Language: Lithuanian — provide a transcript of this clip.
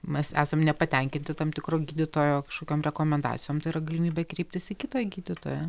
mes esam nepatenkinti tam tikro gydytojo kažkokiom rekomendacijom tai yra galimybė kreiptis į kitą gydytoją